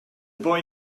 boy